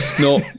no